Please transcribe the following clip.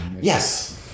yes